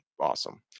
awesome